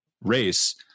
race